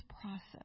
process